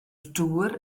dŵr